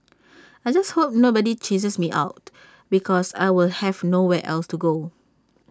I just hope nobody chases me out because I will have nowhere else to go